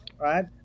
right